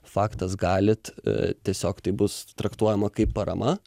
faktas galit tiesiog tai bus traktuojama kaip parama